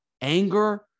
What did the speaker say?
anger